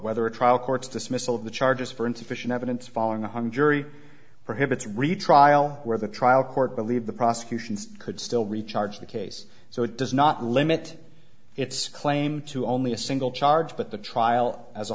whether a trial court's dismissal of the charges for insufficient evidence following a hung jury for hits retrial where the trial court believed the prosecution's could still recharge the case so it does not limit its claim to only a single charge but the trial as a